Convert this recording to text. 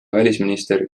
välisminister